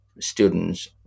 students